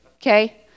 Okay